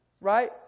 Right